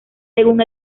según